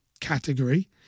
category